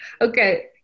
okay